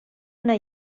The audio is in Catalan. una